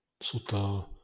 sutta